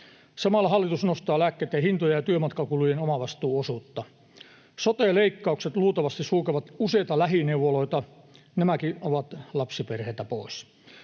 Samalla hallitus nostaa lääkkeitten hintoja ja työmatkakulujen omavastuuosuutta. Sote-leikkaukset luultavasti sulkevat useita lähineuvoloita. Nämäkin ovat lapsiperheiltä pois.